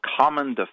Common